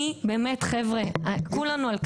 אני, באמת חבר'ה, כולנו על קרדיטים,